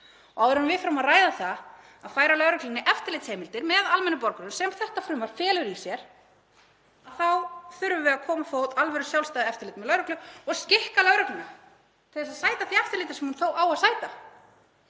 Og áður en við förum að ræða það að færa lögreglunni eftirlitsheimildir með almennum borgurum, sem þetta frumvarp felur í sér, þá þurfum við að koma á fót alvöru sjálfstæðu eftirliti með lögreglu og skikka lögregluna til að sæta því eftirliti sem hún þó á að sæta.